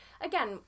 again